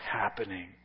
happening